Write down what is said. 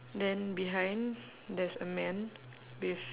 then behind there's a man with